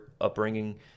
upbringing